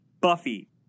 Buffy